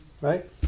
Right